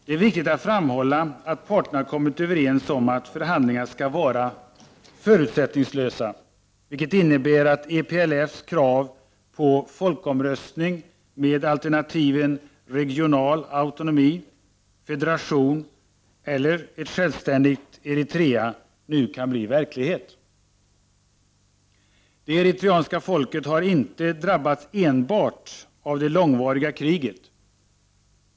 Det är viktigt att framhålla att parterna kommit överens om att förhandlingarna skall vara förutsättningslösa, vilket innebär att EPLF:s krav på folkomröstning med alternativen regional autonomi, federation eller ett självständigt Eritrea nu kan bli verklighet. Det eritreanska folket har inte drabbats enbart av det långvariga kriget.